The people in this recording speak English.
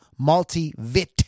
Multivit